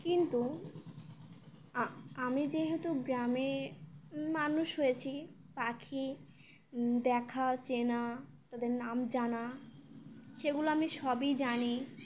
কিন্তু আমি যেহেতু গ্রামে মানুষ হয়েছি পাখি দেখা চেনা তাদের নাম জানা সেগুলো আমি সবই জানি